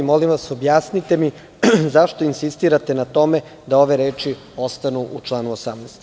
Molim vas, objasnite mi zašto insistirate na tome da ove reči ostanu u članu 18?